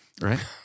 Right